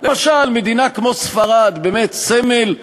למשל מדינה כמו ספרד, באמת סמל לאומללות,